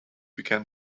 began